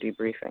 debriefing